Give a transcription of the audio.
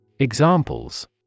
Examples